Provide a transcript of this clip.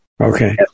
Okay